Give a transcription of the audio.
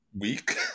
week